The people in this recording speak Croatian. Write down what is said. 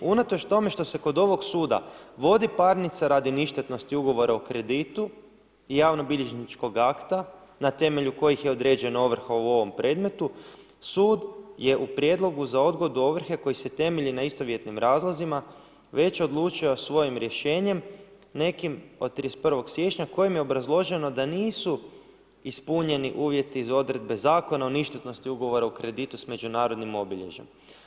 Unatoč tome što se kod ovog suda, vodi parnica, radi ništetnosti ugovora o kreditu i javnobilježničkog akta, na temelju kojih je određena ovrha u ovom predmetu, sud je u prijedlogu za odgode ovrhe koja se temelji na istovjetnim razlozima, već odlučio svojim rješenjem nekim od 31. siječnja, kojim je obrazloženo da nisu ispunjeni uvjeti iz odredbe Zakona o ništetnosti ugovora o kreditu s međunarodnim obilježjem.